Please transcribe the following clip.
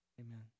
Amen